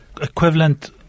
equivalent